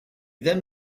then